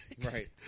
Right